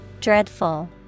Dreadful